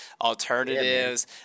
alternatives